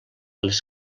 les